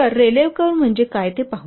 तर रेलेव्ह कर्व म्हणजे काय ते पाहू